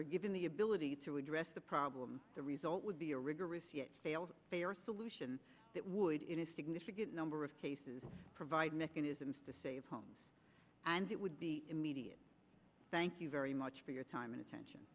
are given the ability to address the problem the result would be a rigorous yet fails fair solution that would in a significant number of cases provide mechanisms to save homes and it would be immediate thank you very much for your time and attention